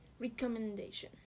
recommendation